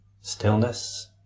stillness